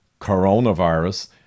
coronavirus